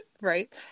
Right